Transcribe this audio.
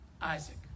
Isaac